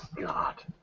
God